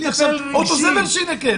אין לי עכשיו אוטו זבל שינקה.